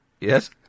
Yes